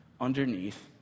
underneath